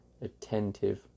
attentive